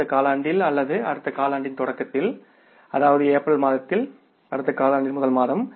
அடுத்த காலாண்டில் அல்லது அடுத்த காலாண்டின் தொடக்கத்தில் அதாவது ஏப்ரல் மாதத்தில் அடுத்த காலாண்டில் முதல் மாதம்